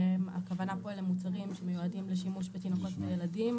הכוונה כאן למוצרים שמיועדים לשימוש בתינוקות ובילדים,